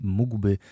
mógłby